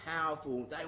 powerful